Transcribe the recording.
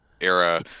era